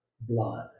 blood